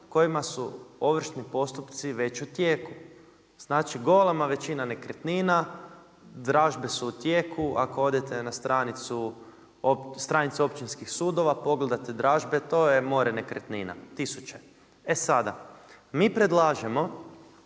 kojima su ovršni postupci već u tijeku? Znači golema većina nekretnina, dražbe su u tijeku. Ako odete na stranicu općinskih sudova, pogledate dražbe, to je more nekretnina, tisuće. E sada, mi predlažemo